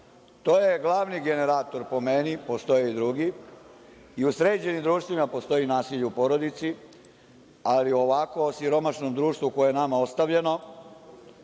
To je glavni generator, po meni, postoje i drugi i u sređenim društvima postoji nasilje u porodici, ali ovako u siromašnom društvu koje je nama ostavljeno,